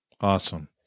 Awesome